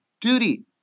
duty